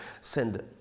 send